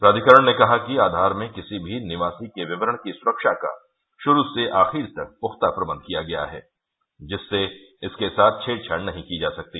प्राधिकरण ने कहा कि आधार में किसी भी निवासी के विवरण की सुरक्षा का शुरू से आखिर तक पुख्ता प्रबंध किया गया है जिससे इसके साथ छेड़छाड़ नहीं की जा सकती